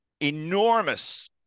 enormous